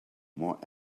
more